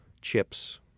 chips